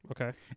Okay